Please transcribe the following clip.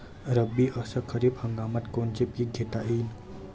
रब्बी अस खरीप हंगामात कोनचे पिकं घेता येईन?